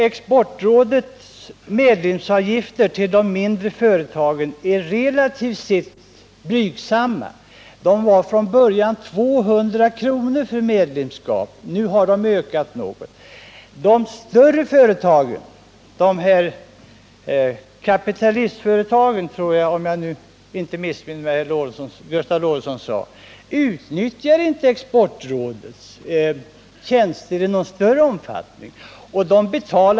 Exportrådets medlemsavgifter när det gäller de mindre företagen är relativt blygsamma — ursprungligen uppgick de till 200 kr., men nu har de ökat något. De större företagen, kapitalistföretagen, som Gustav Lorentzon sade om jag nu inte missminner mig, utnyttjar inte Exportrådets tjänster i någon större omfattning.